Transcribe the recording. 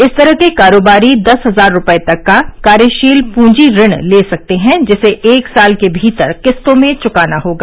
इस तरह के कारोबारी दस हजार रूपये तक का कार्यशील पूंजी ऋण ले सकते हैं जिसे एक साल के भीतर किस्तों में चुकाना होगा